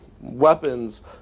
weapons